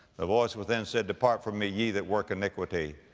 the voice within said, depart from me, ye that work iniquity.